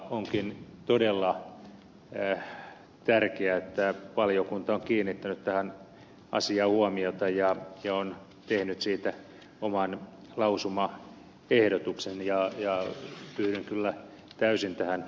onkin todella tärkeää että valiokunta on kiinnittänyt tähän asiaan huomiota ja on tehnyt siitä oman lausumaehdotuksen ja yhdyn kyllä täysin tähän lausumaehdotuksen kantaan